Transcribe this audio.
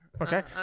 Okay